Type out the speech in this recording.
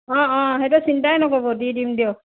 অঁ অঁ সেইটো চিন্তাই নকৰিব দি দিম দিয়ক